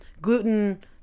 gluten